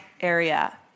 area